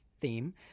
theme